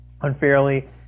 unfairly